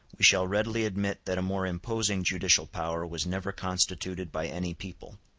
we shall readily admit that a more imposing judicial power was never constituted by any people.